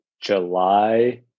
July